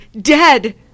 dead